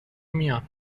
میان